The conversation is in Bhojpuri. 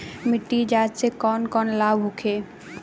मिट्टी जाँच से कौन कौनलाभ होखे?